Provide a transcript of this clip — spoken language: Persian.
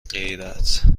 غیرت